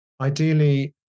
Ideally